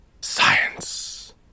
Science